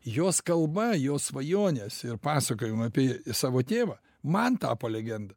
jos kalba jos svajonės ir pasakojimai apie savo tėvą man tapo legenda